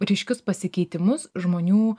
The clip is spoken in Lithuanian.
ryškius pasikeitimus žmonių